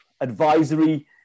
advisory